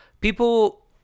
people